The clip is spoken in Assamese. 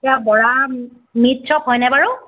এইয়া বৰা মিট শ্বপ হয়নে বাৰু